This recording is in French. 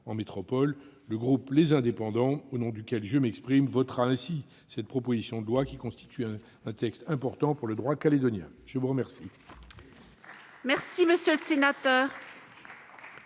en métropole. Le groupe Les Indépendants, au nom duquel je m'exprime, votera ainsi cette proposition de loi, qui constitue un texte important pour le droit calédonien. La parole